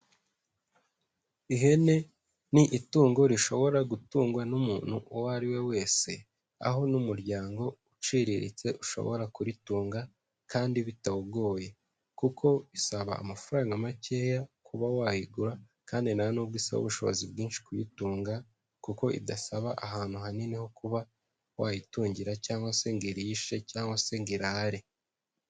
Ihene ni itungo rishobora gutungwa n'umuntu uwo ari we wese. Aho n'umuryango uciriritse ushobora kuritunga kandi bitawugoye. Kuko isaba amafaranga makeya kuba wayigura kandi ntanubwo isaba ubushobozi bwinshi kuyitunga kuko idasaba ahantu hanini ho kuba wayitungira cyangwa se ngo irishe cyangwa se ngo irare.